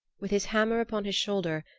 with his hammer upon his shoulder,